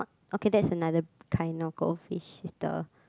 okay that's another kind of goldfish it's the